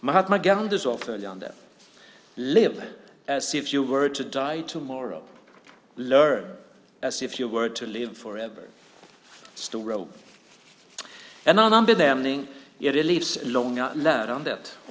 Mahatma Gandhi sade följande: "Live as if you were to die tomorrow. Learn as if you were to live forever." Det är stora ord. En annan benämning är det livslånga lärandet.